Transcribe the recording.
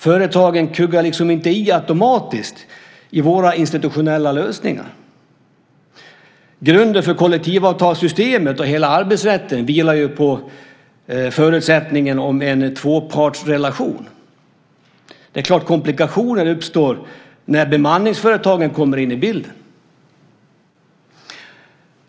Företagen kuggar liksom inte automatiskt i våra institutionella lösningar. Kollektivavtalssystemet och hela arbetsrätten vilar ju på förutsättningen om en tvåpartsrelation. Det är klart att komplikationer uppstår när bemanningsföretagen kommer in i bilden.